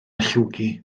llwgu